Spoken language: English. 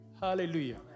Hallelujah